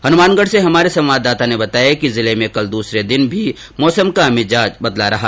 हनुमानगढ से हमारे संवाददाता ने बताया कि जिले में कल दूसरे दिन भी मौसम का मिजाज बदला हुआ रहा